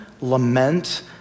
lament